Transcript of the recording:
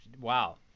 wow